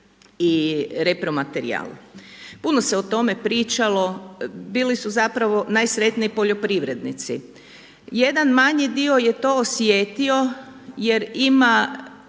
i repromaterijal, puno se o tome pričalo bili su zapravo najsretniji poljoprivrednici. Jedan manji dio je to osjetio jer ima